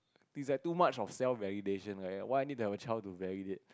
it's like too much of self validation like that why I need to have a child to validate